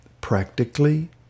practically